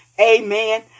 Amen